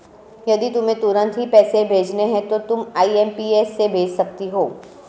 यदि तुम्हें तुरंत ही पैसे भेजने हैं तो तुम आई.एम.पी.एस से भेज सकती हो